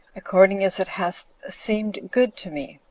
according as it hath seemed good to me,